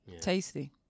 Tasty